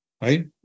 right